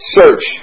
search